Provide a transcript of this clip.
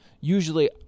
usually